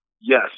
Yes